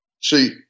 See